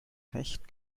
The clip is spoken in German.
hecht